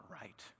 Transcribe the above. right